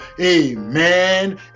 amen